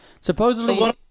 Supposedly